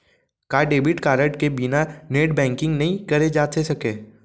का debit card के बिना नेट बैंकिंग नई करे जाथे सके?